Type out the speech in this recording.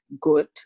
good